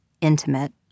intimate